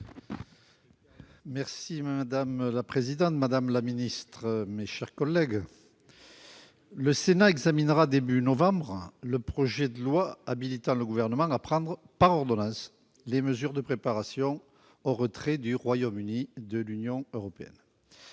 Collin. Madame la présidente, madame la ministre, mes chers collègues, le Sénat examinera au début du mois de novembre le projet de loi habilitant le Gouvernement à prendre par ordonnance les mesures de préparation au retrait du Royaume-Uni de l'Union européenne.